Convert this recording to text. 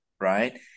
Right